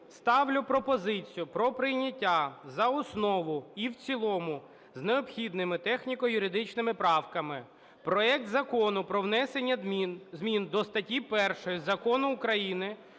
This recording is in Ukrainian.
ставлю пропозицію про прийняття за основу і в цілому з необхідними техніко-юридичними правками проекту Закону про внесення зміни до статті 1 Закону України